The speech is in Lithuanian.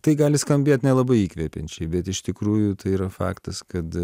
tai gali skambėt nelabai įkvepiančiai bet iš tikrųjų tai yra faktas kad